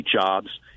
jobs